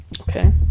Okay